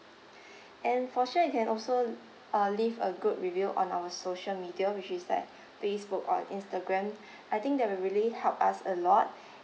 and for sure you can also l~ uh leave a good review on our social media which is like facebook or instagram I think that will really help us a lot